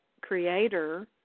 Creator